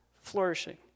flourishing